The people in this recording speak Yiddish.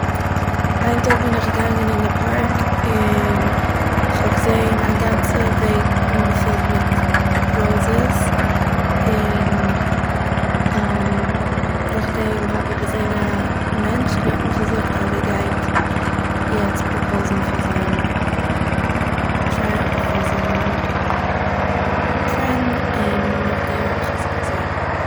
איין טאג בין איך געגאנגען אין דער פארק און איך האב געזעהן א גאנצע וועג אנגעפילט מיט ראוזעס, און נאכדעם האב איך געזעהן א מענטש און ער האט מיך געזאגט אז ער גייט יעצט פראפאוזן פאר זיין פרענ- פאר זיין פרענד, און נאכדעם האב איך עס געזעהן